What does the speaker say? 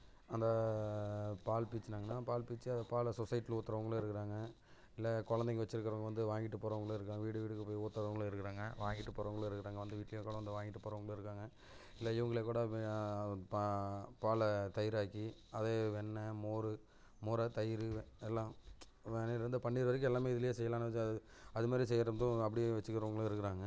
அதை பால் பீச்சுனாங்கனா பால் பீச்சி அதை பாலை சொசைட்டியில ஊத்துகிறவங்களும் இருக்கிறாங்க இல்லை குழந்தைங்க வச்சிருக்கிறவங்க வந்து வாங்கிட்டு போகிறவங்களும் இருக்காங்க வீட்டுக்கு வீட்டுக்கு போய் ஊத்துகிறவங்களும் இருக்கிறாங்க வாங்கிட்டு போகிறவங்களும் இருக்கிறாங்க வந்து வீட்டில இருக்கிறவங்களும் வந்து வாங்கிட்டு போகிறவங்களும் இருக்காங்க இல்லை இவங்களே கூட பா பாலை தயிராக்கி அதே வெண்ணெய் மோர் மோரை தயிர் எல்லாம் வெண்ணெயில் இருந்து பன்னீர் வரைக்கும் எல்லாமே இதிலே செய்யலாம்னு அதுமாதிரி செய்கிறதும் அப்படியே வச்சிக்கிறவங்களும் இருக்கிறாங்க